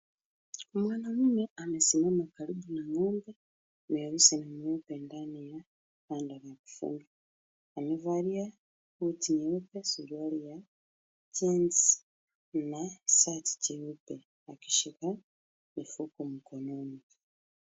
Mwanaume amesimama karibu na ng'ombe mweusi na mweupe ndani ya panda ya kufunga. Amevalia koti nyeupe suruali ya jeans na shati jeupe akishika mfuko mkononi.